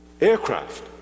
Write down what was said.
aircraft